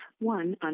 one